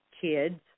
kids